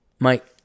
Mike